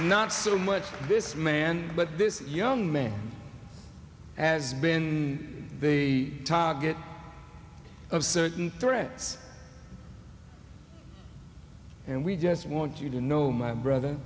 not so much this man but this young man has been the target of certain threats and we just want you to know my